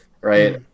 right